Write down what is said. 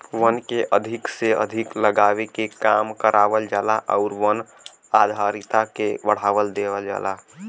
वन के अधिक से अधिक लगावे के काम करावल जाला आउर वन आधारित उद्योग के बढ़ावा देवल जाला